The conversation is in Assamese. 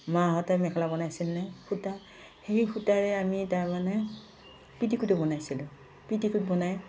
মাহঁতে মেখেলা বনাইছিলনে সূতা সেই সূতাৰে আমি তাৰমানে পেটিকোটো বনাইছিলোঁ পেটিকোট বনাই